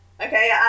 Okay